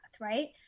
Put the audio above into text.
right